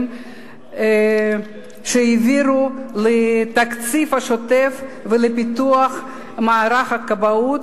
שהעבירו לתקציב השוטף ולפיתוח מערך הכבאות,